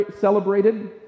celebrated